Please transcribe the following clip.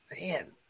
Man